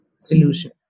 solution